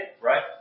right